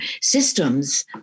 systems